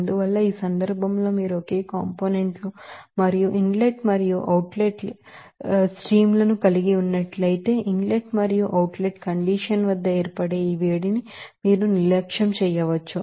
అందువల్ల ఈ సందర్భంలో మీరు ఒకే కాంపోనెంట్ లు మరియు ఇన్ లెట్ మరియు అవుట్ లెట్ స్ట్రీమ్ లను కలిగి ఉన్నట్లయితే ఇన్ లెట్ మరియు అవుట్ లెట్ కండిషన్ వద్ద ఏర్పడే ఈ వేడిని మీరు నిర్లక్ష్యం చేయవచ్చు